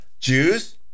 Jews